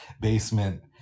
basement